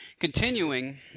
continuing